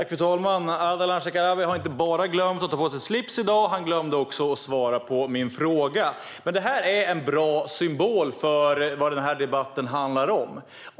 Fru talman! Ardalan Shekarabi har inte bara glömt att ta på sig slips i dag, utan han glömde också att svara på min fråga. Det här är en bra symbol för vad den här debatten handlar om.